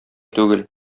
түгел